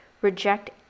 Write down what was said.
reject